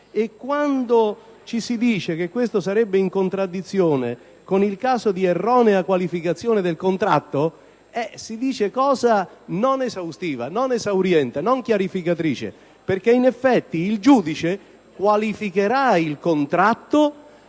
Quando si osserva che ciò sarebbe in contraddizione con il caso di erronea qualificazione del contratto, in realtà si dichiara una cosa non esaustiva, non esauriente, non chiarificatrice, perché in effetti il giudice qualificherà il contratto